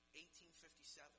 1857